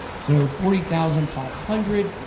so forty thousand five hundred.